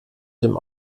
dem